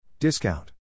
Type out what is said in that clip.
Discount